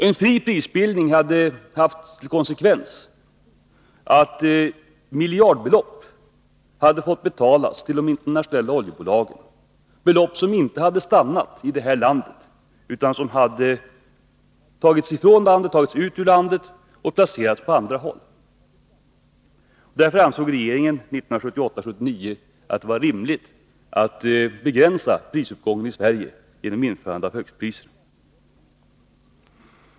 En fri prisbildning hade fått till konsekvens att miljardbelopp hade fått betalas till de internationella oljebolagen, belopp som inte stannat i det här landet utan tagits ut ur landet och placerats på annat håll. Därför ansåg regeringen 1978-1979 att det var rimligt att begränsa prisuppgången i Sverige genom införande av högstpriser.